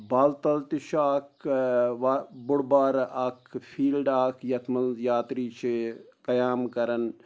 بال تل تہِ چھُ اَکھ وَ بوٚڈ بار اَکھ فیٖلڈ اَکھ یَتھ منٛز یاترٛی چھِ قیام کَران